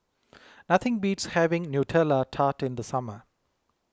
nothing beats having Nutella Tart in the summer